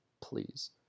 Please